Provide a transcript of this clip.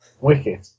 wicked